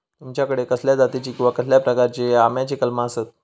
तुमच्याकडे कसल्या जातीची किवा कसल्या प्रकाराची आम्याची कलमा आसत?